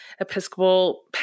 Episcopal